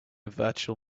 virtual